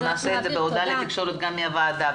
נעשה את זה בהודעה לתקשורת גם מהוועדה.